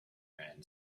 man